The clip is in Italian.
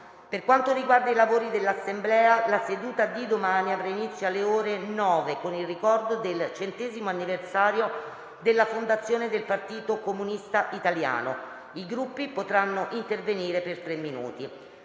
Per quanto riguarda i lavori dell'Assemblea, la seduta di domani avrà inizio alle ore 9 con il ricordo del centesimo anniversario della fondazione del Partito Comunista Italiano. I Gruppi potranno intervenire per tre minuti.